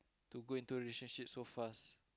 to go into relationship so fast